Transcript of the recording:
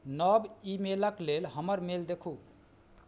नव ईमेलके लेल हमर मेल देखू